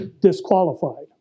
disqualified